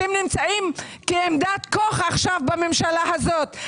אתם נמצאים כעמדת כוח עכשיו בממשלה הזו.